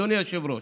אדוני היושב-ראש,